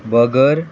burger